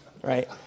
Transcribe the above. right